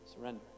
Surrender